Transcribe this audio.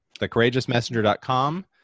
Thecourageousmessenger.com